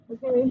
Okay